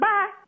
Bye